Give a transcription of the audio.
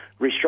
restructure